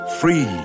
Free